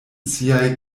siaj